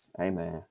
Amen